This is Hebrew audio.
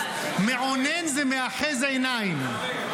מעונן זה מאחז עיניים.